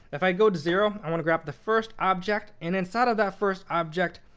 if i go to zero, i want to grab the first object. and inside of that first object,